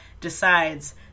decides